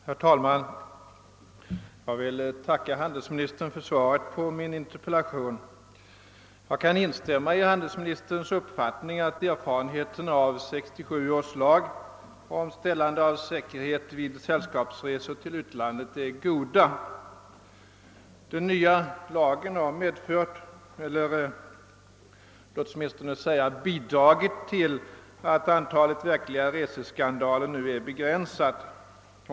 Herr talman! Jag vill tacka handelsministern för svaret på min interpellation. Jag kan instämma i handelsministerns uppfattning att erfarenheterna av 1967 års lag om ställande av säkerhet vid sällskapsresor till utlandet är goda. Den nya lagen har medfört — eller låt oss åtminstone säga bidragit till — att antalet verkliga reseskandaler nu är begränsat.